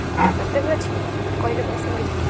ଅପକାରିତା ବି ଅଛି କହିଲେ ବହୁତ ସମୟ ହୋଇଯିବ